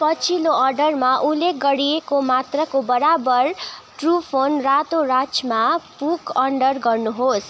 पछिल्लो अर्डरमा उल्लेख गरिएको मात्राको बराबर ट्रुफोन रातो राजमा पुक् अन्डर गर्नुहोस्